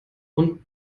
und